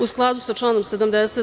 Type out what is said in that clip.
U skladu sa članom 70.